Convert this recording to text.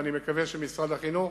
ואני מקווה שמשרד החינוך